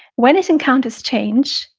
when it encounters change,